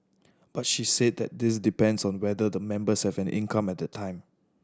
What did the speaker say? but she said that this depends on whether the members have an income at that time